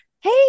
Hey